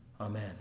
Amen